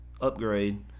Upgrade